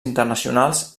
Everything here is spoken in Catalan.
internacionals